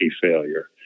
failure